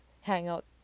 hangout